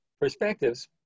perspectives